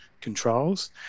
controls